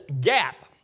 gap